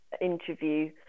interview